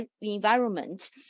environment